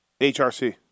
HRC